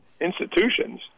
institutions